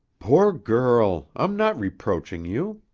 poor girl! i'm not reproaching you.